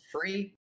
free